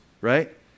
right